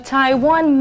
Taiwan